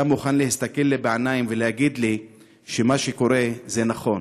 אתה מוכן להסתכל לי בעיניים ולהגיד לי שמה שקורה זה נכון?